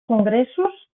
congressos